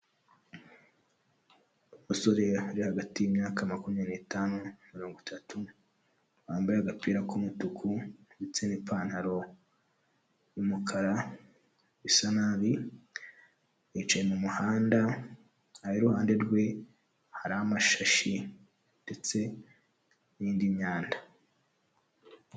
Umusore uri hagati y'imyaka makumyabiri n'itanu na mirongo itatu, yambaye agapira k'umutuku ndetse n'ipantaro y'umukara isa nabi, yicaye mu muhanda, iruhande rwe hari amashashi ndetse n'indi myanda.